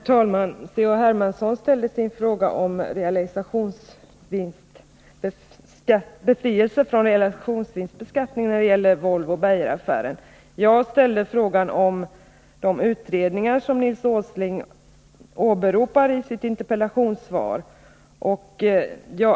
Herr talman! C.-H. Hermansson ställde en fråga om befrielse från realisationsvinstbeskattning när det gäller Volvo-Beijeraffären. Min fråga gällde de utredningar som Nils Åsling åberopar i sitt interpellationssvar.